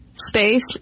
space